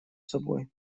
собой